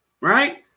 Right